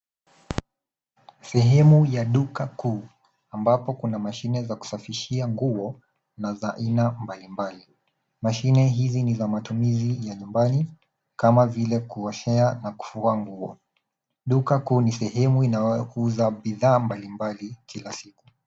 Sehemu ya duka kuu ambapo kuna mashine za kusafishia nguo na za aina mbalimbali. Mashine hizi ni za matumizi ya nyumbani kama vile kuoshea na kufua nguo. Duka kuu ni sehemu inayouza bidhaa mbalimbali kila siku.